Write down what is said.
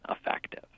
effective